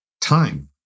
time